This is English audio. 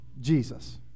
Jesus